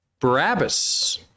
Barabbas